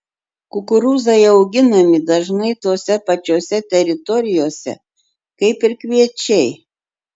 kukurūzai auginami dažnai tose pačiose teritorijose kaip ir kviečiai